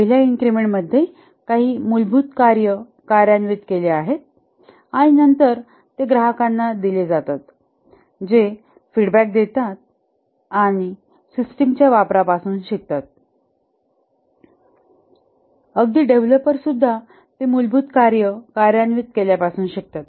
पहिल्या इन्क्रिमेंट मध्ये काही मूलभूत कार्ये कार्यान्वित केल्या जातात आणि नंतर ग्राहकांना दिले जातात जे फीडबॅक देतात आणि सिस्टीमच्या वापरा पासून शिकतात अगदी डेव्हलपरसुद्धा ते मूलभूत कार्ये कार्यान्वित केल्यापासून शिकतात